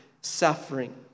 suffering